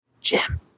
Jim